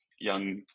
young